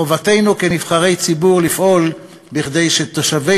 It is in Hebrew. חובתנו כנבחרי ציבור לפעול כדי שתושבי